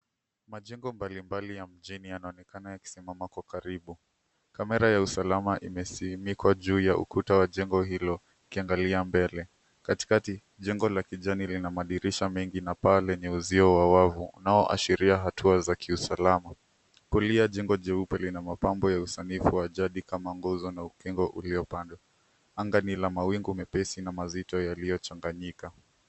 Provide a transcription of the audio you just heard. Majengo mbalimbali ya mjini yanaonekana yakisimama kwa karibu. Kamera ya usalama iko juu ya ukuta wa jengo hilo ikiangalia mbele. Katikati, jengo la kijani lina madirisha mengi na paa lenye uzio wa wavu, unaoashiria hatua za kiusalama. Kulia jengo jeupe lina mapambo ya usanifu wa jadi kama nguzo na ukingo uliopanda. Anga ni la mawingu mepesi na mazito yaliyochanganyika.